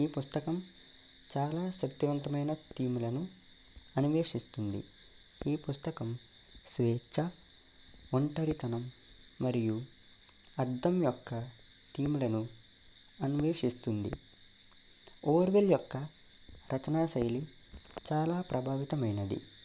ఈ పుస్తకం చాలా శక్తివంతమైన థీమ్లను అన్వేషిస్తుంది ఈ పుస్తకం స్వేచ్చ ఒంటరితనం మరియు అద్దం యొక్క థీమ్లను అన్వేషిస్తుంది వోర్వెల్ యొక్క రచనా శైలి చాలా ప్రభావితమైనది